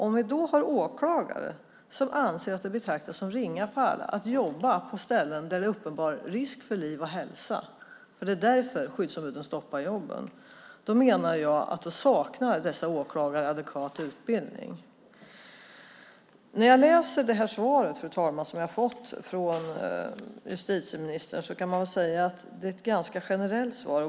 Om vi då har åklagare som anser att det betraktas som ringa fall att jobba på ställen där det är uppenbar risk för liv och hälsa - det är därför som skyddsombuden stoppar jobben - då menar jag att dessa åklagare saknar adekvat utbildning. När jag läser det svar som jag har fått från justitieministern kan jag säga att det är ett ganska generellt svar.